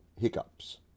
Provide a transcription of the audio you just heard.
hiccups